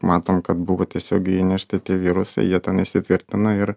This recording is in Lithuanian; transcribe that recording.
matom kad buvo tiesiogiai įnešti tie virusai jie ten įsitvirtino ir